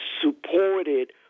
supported